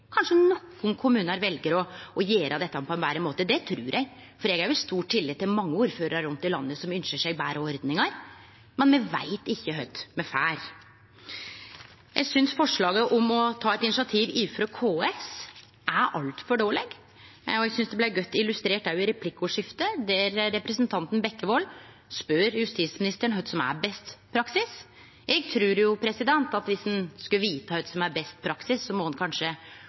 Kanskje nokon kommunar vel å gjere dette på ein betre måte – det trur eg, for eg har stor tillit til mange ordførarar rundt i landet som ynskjer seg betre ordningar. Men me veit ikkje kva me får. Eg synest forslaget om å ta eit initiativ overfor KS er altfor dårleg. Eg synest det blei godt illustrert i replikkordskiftet, der representanten Bekkevold spør justisministeren om kva som er beste praksis. Eg trur at viss ein skal vite kva som er beste praksis, må ein kanskje